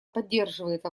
поддерживает